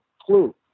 clue